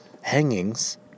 hangings